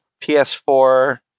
PS4